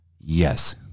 yes